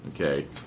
Okay